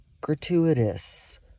gratuitous